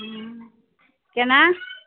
ह्म्म केना